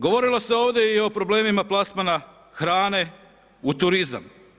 Govorilo se ovdje i o problemima plasmana hrane u turizam.